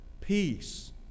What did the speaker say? peace